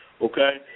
okay